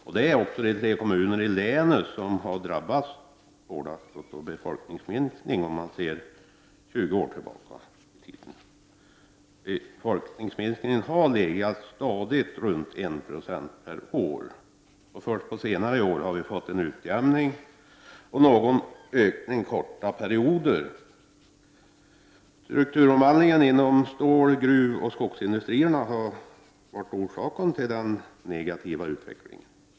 Dessa kommuner är de tre kommuner i länet som har drabbats hårdast av en befolkningsminskning, när man ser 20 år tillbaka i tiden. Befolkningsminskningen har stadigt legat på ca 1 26 per år. Det är först på senare år som vi har fått en utjämning och någon ökning under kortare perioder. Det är strukturomvandlingen inom stål-, gruvoch skogsindustrin som har varit orsaken till den negativa utvecklingen.